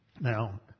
Now